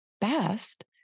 best